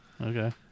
Okay